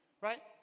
right